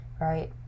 right